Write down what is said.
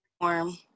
warm